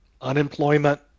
unemployment